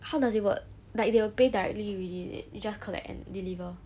how does it work like they will pay directly already is it you just collect and deliver